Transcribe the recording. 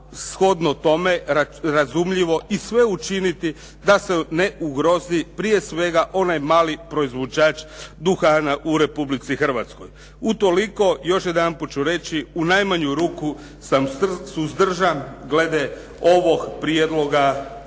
shodno tome razumljivo i sve učiniti da se ne ugrozi prije svega onaj mali proizvođač duhana u Republici Hrvatskoj. Utoliko još jedan put ću reći u najmanju ruku sam suzdržan glede ovog prijedloga